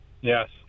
Yes